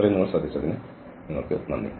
ഇത്രയും ശ്രദ്ധിച്ചതിന് ഞങ്ങൾക്ക് നന്ദി